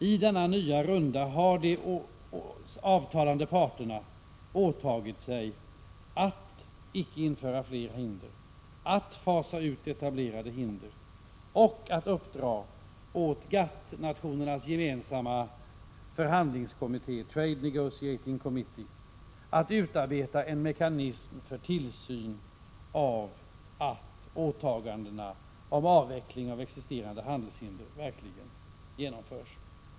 I denna nya runda har de avtalande parterna åtagit sig att icke införa fler hinder, att fasa ut etablerade hinder och att uppdra åt GATT-nationernas gemensamma förhandlingskommitté, Trade Negotiating Committee, att utarbeta en mekanism för tillsyn av att åtagandena när det gäller avveckling av existerande handelshinder verkligen genomförs.